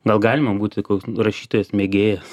gal galima būti koks rašytojas mėgėjas